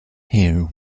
hare